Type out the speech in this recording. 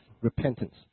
repentance